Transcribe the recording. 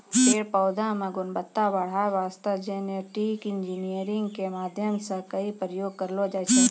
पेड़ पौधा मॅ गुणवत्ता बढ़ाय वास्तॅ जेनेटिक इंजीनियरिंग के माध्यम सॅ कई प्रयोग करलो जाय छै